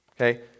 Okay